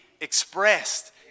expressed